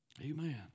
Amen